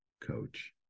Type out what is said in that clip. coach